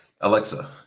alexa